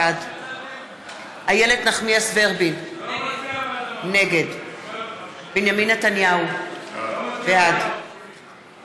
בעד איילת נחמיאס ורבין, נגד בנימין נתניהו, בעד